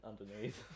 underneath